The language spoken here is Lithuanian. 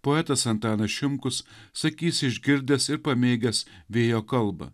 poetas antanas šimkus sakys išgirdęs ir pamėgęs vėjo kalbą